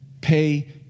pay